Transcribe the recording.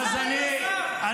-- אכזריות כזו, תמיכה באכזריות.